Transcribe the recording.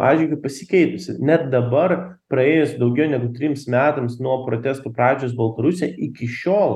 atžvilgiu pasikeitusi net dabar praėjus daugiau negu trims metams nuo protestų pradžios baltarusija iki šiol